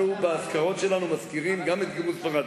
באזכרות שלנו אנחנו מזכירים גם את גירוש ספרד.